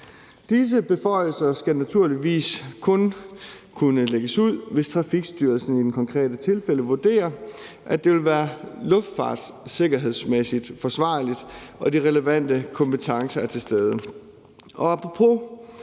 Disse beføjelser skal naturligvis kun kunne lægges ud, hvis Trafikstyrelsen i det konkrete tilfælde vurderer, at det vil være luftfartssikkerhedsmæssigt forsvarligt og de relevante kompetencer er til stede.